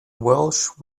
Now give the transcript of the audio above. welsh